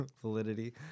validity